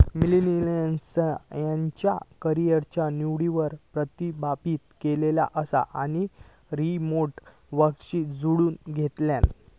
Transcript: मिलेनियल्सना त्यांच्या करीयरच्या निवडींवर प्रतिबिंबित केला असा आणि रीमोट वर्कींगशी जुळवुन घेतल्यानी